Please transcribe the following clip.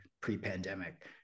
pre-pandemic